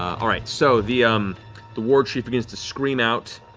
all right, so. the um the war chief begins to scream out,